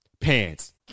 pants